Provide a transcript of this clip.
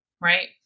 right